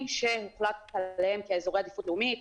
שהוחלט עליהם כאזורי עדיפות לאומית,